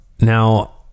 Now